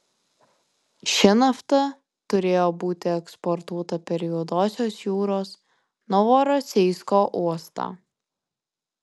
ši nafta turėjo būti eksportuota per juodosios jūros novorosijsko uostą